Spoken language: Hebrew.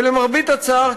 ולמרבה הצער,